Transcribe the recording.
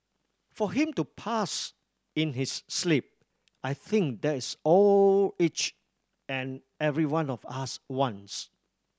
for him to pass in his sleep I think that is all each and every one of us wants